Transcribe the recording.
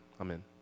Amen